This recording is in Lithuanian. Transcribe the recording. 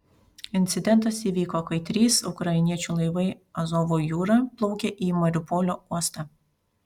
incidentas įvyko kai trys ukrainiečių laivai azovo jūra plaukė į mariupolio uostą